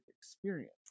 experience